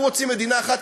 אנחנו רוצים מדינה אחת,